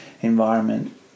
environment